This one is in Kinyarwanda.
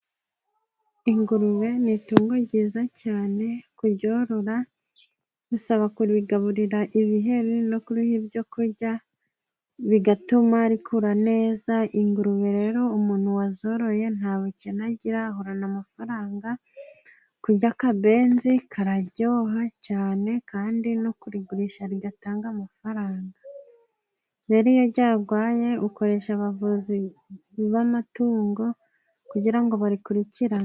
Ingurube ni itungo ryiza cyane kuryorora bisaba kurigaburira ibiheri no kuriha ibyo kurya bigatuma rikura neza, ingurube rero umuntu wazoroye nta bukene agira ahorana amafaranga, kurya akabenzi kararyoha cyane kandi no kurigurisha rigatanga amafaranga, rero iyo ryarwaye ukoresha abavuzi b'amatungo kugira ngo barikurikirane.